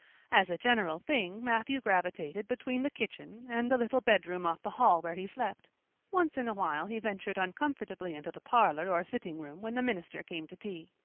as a general thing matthew gravitated between the kitchen and the little bedroom off the hall where he slept once in a while he ventured uncomfortably into the parlor or sitting room when the minister came to tea.